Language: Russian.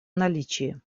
наличии